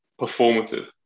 performative